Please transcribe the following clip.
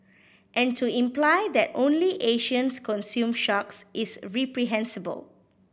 and to imply that only Asians consume sharks is reprehensible